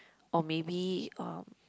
or maybe or